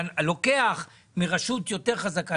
אתה לוקח מרשות יותר חזקה,